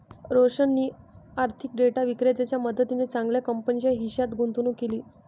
रोशनीने आर्थिक डेटा विक्रेत्याच्या मदतीने चांगल्या कंपनीच्या हिश्श्यात गुंतवणूक केली